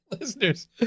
Listeners